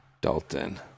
Dalton